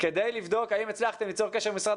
כדי לבדוק האם הצלחתם ליצור קשר עם משרד